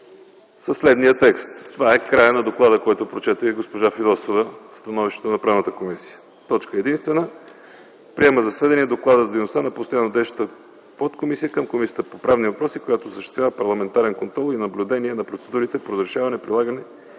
следния текст – това е края на доклада, който прочете госпожа Фидосова, от становището на Комисията по правни въпроси. „Точка единствена. Приема за сведение Доклада за дейността на постояннодействащата подкомисия към Комисията по правни въпроси, която осъществява парламентарен контрол и наблюдение на процедурите по разрешаване, прилагане